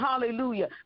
hallelujah